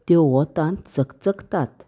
त्यो वोतान चकचकतात